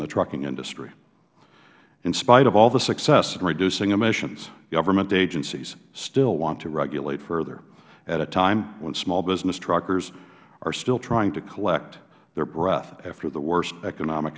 the trucking industry in spite of all the success in reducing emissions government agencies still want to regulate further at a time when small business truckers are still trying to collect their breath after the worst economic